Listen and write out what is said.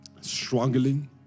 struggling